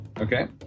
Okay